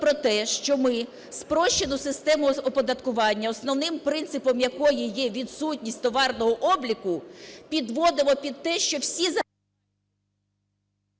про те, що ми спрощену систему оподаткування, основним принципом якої є відсутність товарного обліку, підводимо під те, що всі…